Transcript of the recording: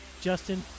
Justin